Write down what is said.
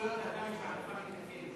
בחוק זכויות אדם,